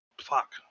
fuck